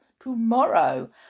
tomorrow